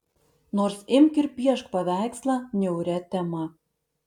nors imk ir piešk paveikslą niauria tema